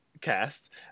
cast